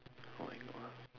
oh my god